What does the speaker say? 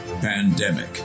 Pandemic